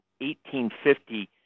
1850